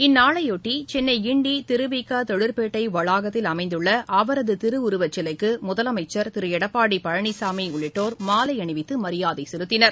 இந்நாளையாட்டி சென்னைகிண்டிதிருவி க தொழிற்பேட்டைவளாகத்தில் அமைத்துள்ளஅவரதுதிருவுருவசிலைக்குமுதலமைச்சர் திருஎடப்பாடி பழனிசாமிஉள்ளிட்டோர் மாலைஅணிவித்துமரியாதைசெலுத்தினார்கள்